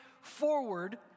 forward